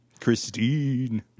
Christine